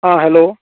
आं हॅलो